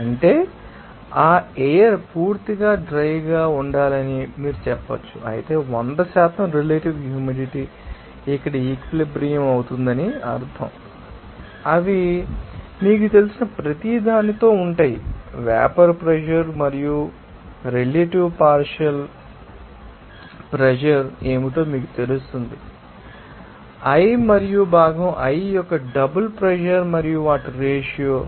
అంటే ఆ ఎయిర్ పూర్తిగా డ్రై గా ఉండాలని మీరు చెప్పవచ్చు అయితే 100 శాతం రిలేటివ్ హ్యూమిడిటీ ఇక్కడ ఈక్విలిబ్రియం మవుతుందని అర్థం అవి మీకు తెలిసిన ప్రతిదానితో ఉంటాయి వేపర్ ప్రెషర్ మరియు శాతం రిలేటివ్ పార్షియల్ ప్రెషర్ ఏమిటో మీకు తెలుస్తుంది ఆ భాగం i మరియు భాగం i యొక్క డబుల్ ప్రెజర్ మరియు వాటి రేషియో